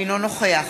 אינו נוכח